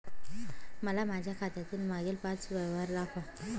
मला माझ्या खात्यातील मागील पांच व्यवहार दाखवा